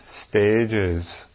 stages